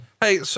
Hey